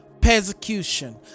persecution